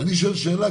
אני שואל שאלה,